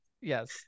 Yes